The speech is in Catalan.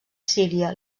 síria